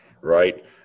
right